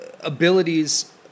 abilities